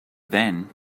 then